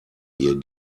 ihr